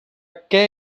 què